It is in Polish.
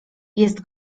jest